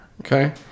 Okay